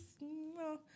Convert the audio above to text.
no